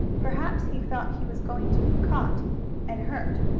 perhaps he thought he was going to be caught and hurt.